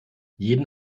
jeden